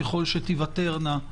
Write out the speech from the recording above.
ככל שתיוותרנה,